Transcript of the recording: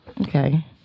Okay